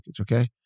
okay